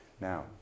now